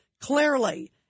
clearly